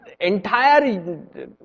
entire